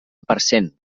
parcent